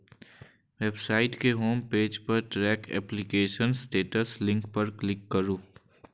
website के home page पर track application status link पर क्लिक करू